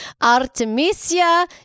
artemisia